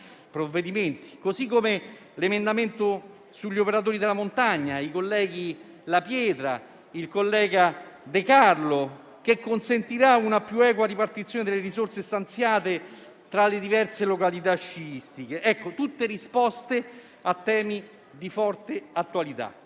provvedimenti. L'emendamento sugli operatori della montagna dei colleghi La Pietra e De Carlo consentirà una più equa ripartizione delle risorse stanziate tra le diverse località sciistiche. Sono tutte risposte a temi di forte attualità.